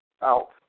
out